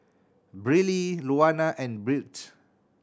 Briley Luana and Birt